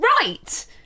right